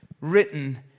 written